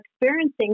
experiencing